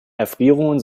erfrierungen